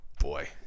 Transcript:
boy